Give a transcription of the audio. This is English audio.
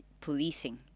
policing